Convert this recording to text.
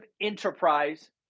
enterprise